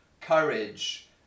courage